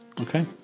Okay